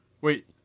wait